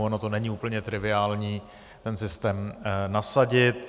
Ono není úplně triviální ten systém nasadit.